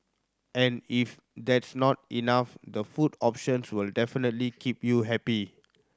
and if that's not enough the food options will definitely keep you happy